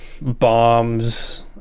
bombs